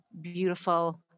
beautiful